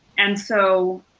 and so